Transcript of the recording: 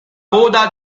coda